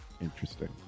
interesting